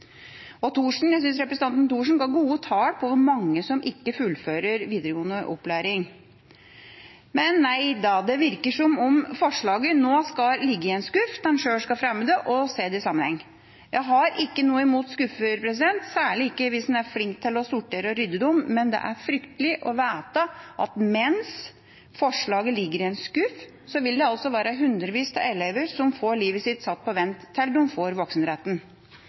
representanten Thorsen ga gode tall på hvor mange som ikke fullfører videregående opplæring. Men nei da, det virker som om forslaget nå skal ligge i en skuff til en sjøl kan fremme det og se det i en sammenheng. Jeg har ikke noe imot skuffer, særlig ikke hvis en er flink til å sortere og rydde i dem, men det er fryktelig å vite at mens forslaget ligger i en skuff, vil det være hundrevis av elever som får livet sitt satt på vent til de får voksenretten.